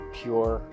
pure